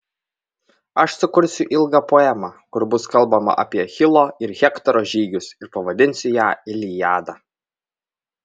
aš sukursiu ilgą poemą kur bus kalbama apie achilo ir hektoro žygius ir pavadinsiu ją iliada